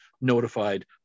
notified